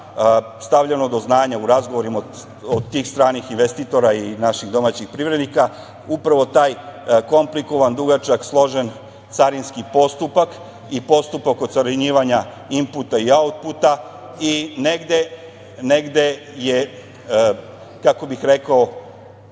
stavljeno do znanja u razgovorima, od tih stranih investitora i naših domaćih privrednika upravo taj komplikovan, dugačak, složen carinski postupak i postupak ocarinjenja inputa i autputa i negde je, kako bih rekao,